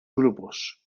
grupos